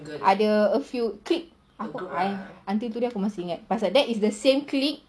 ada a few clique until today aku masih ingat pasal that is the same clique